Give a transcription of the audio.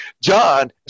John